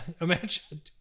imagine